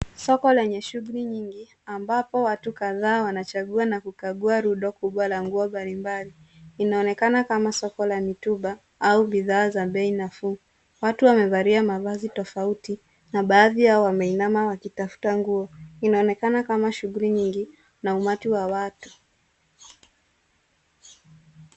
Soko lenye shughuli nyingi, ambapo watu kadhaa wanachagua na kukagua rundo kubwa la nguo mbali mbali. Inaonekana kama soko la mitumba au bidhaa za bei nafuu. Watu wamevalia mavazi tofauti, na baadhi yao wameinama wakitafuta nguo. Inaonekana kama shughuli nyingi na umati wa watu.